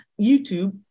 YouTube